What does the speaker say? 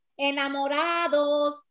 enamorados